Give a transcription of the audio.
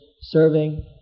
serving